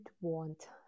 want